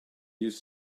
use